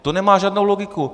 To nemá žádnou logiku!